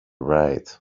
right